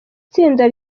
tsinda